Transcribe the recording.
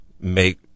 Make